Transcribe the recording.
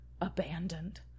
abandoned